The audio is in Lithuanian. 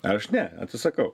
aš ne atsisakau